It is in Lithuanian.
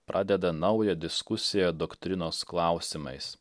pradeda naują diskusiją doktrinos klausimais